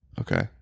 Okay